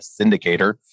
syndicator